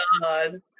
God